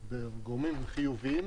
גורמים חיוביים,